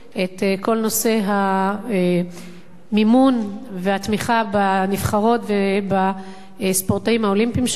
את כל נושא המימון והתמיכה בנבחרות ובספורטאים האולימפיים שלנו.